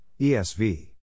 ESV